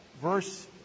verse